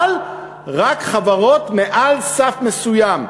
אבל רק חברות מעל סף מסוים,